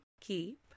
Keep